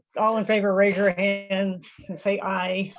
all in favor raise your hands and and say aye.